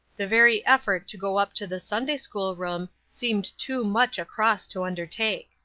the very effort to go up to the sunday-school room seemed too much a cross to undertake.